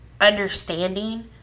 understanding